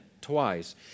twice